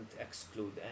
exclude